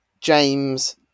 James